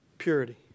Purity